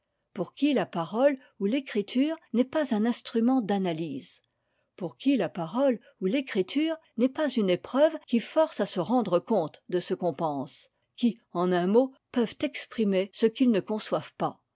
pour qui la parole ou l'écriture n'est pas un instrument d'analyse pour qui la parole ou l'écriture n'est pas une épreuve qui force à se rendre compte de ce qu'on pense qui en un mot peuvent exprimer ce qu'ils ne conçoivent pas